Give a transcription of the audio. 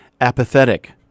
apathetic